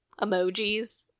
emojis